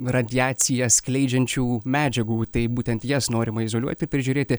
radiaciją skleidžiančių medžiagų tai būtent jas norima izoliuoti ir prižiūrėti